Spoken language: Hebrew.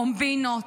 קומבינות,